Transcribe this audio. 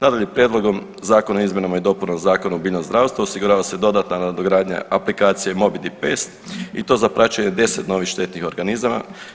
Nadalje, Prijedlogom Zakona o izmjenama i dopunama Zakona o biljnom zdravstvu osigurava se dodatna nadogradnja aplikacije … i to za praćenje 10 novih štetnih organizama.